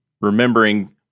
remembering